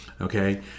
Okay